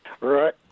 Right